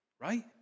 Right